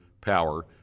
power